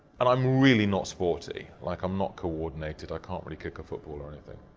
and i'm really not sporty like i'm not coordinated. i can't really kick a football or anything.